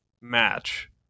match